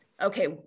okay